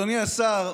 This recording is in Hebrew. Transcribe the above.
אדוני השר,